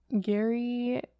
Gary